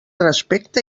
respecte